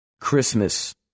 Christmas